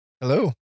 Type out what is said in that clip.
hello